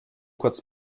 kurz